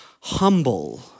humble